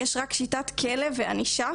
יש רק שיטת כלא וענישה,